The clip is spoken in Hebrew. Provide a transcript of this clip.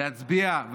להצביע,